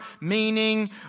meaning